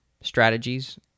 strategies